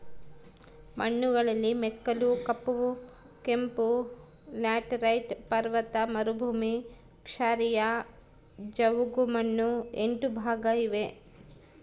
ಮಣ್ಣುಗಳಲ್ಲಿ ಮೆಕ್ಕಲು, ಕಪ್ಪು, ಕೆಂಪು, ಲ್ಯಾಟರೈಟ್, ಪರ್ವತ ಮರುಭೂಮಿ, ಕ್ಷಾರೀಯ, ಜವುಗುಮಣ್ಣು ಎಂಟು ಭಾಗ ಇವೆ